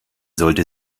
sollte